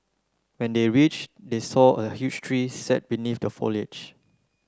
when they reached they saw a huge tree sat beneath the foliage